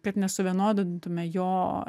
kad nesuvienodintume jo